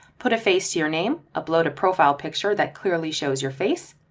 put a face to your name, upload a profile picture that clearly shows your face.